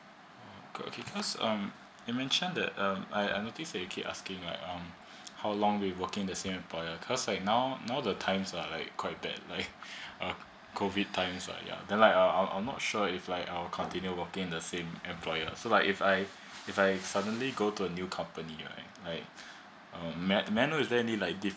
okay cause um I mention that um I I notice they keep asking like um how long we working the same employer cause like now now the times are like quite bad uh like uh COVID times uh ya then like i'm I'm not sure if like i will continue working the same employer uh so like if I if I suddenly go to a new company ya right um may I may I know is there any like different